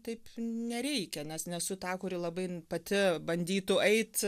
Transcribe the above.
taip nereikia nes nesu ta kuri labai pati bandytų eit